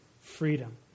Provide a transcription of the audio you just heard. freedom